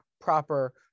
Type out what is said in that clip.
proper